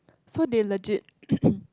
so they legit